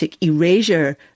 erasure